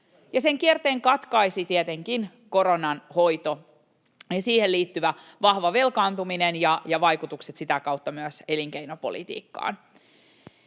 sen kierteen katkaisivat tietenkin koronan hoito ja siihen liittyvä vahva velkaantuminen ja vaikutukset sitä kautta myös elinkeinopolitiikkaan.